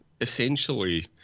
essentially